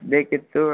ಬೇಕಿತ್ತು